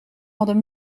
hadden